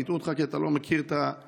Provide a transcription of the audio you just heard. והטעו אותך כי אתה לא מכיר את המקום,